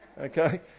Okay